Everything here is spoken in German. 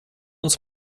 uns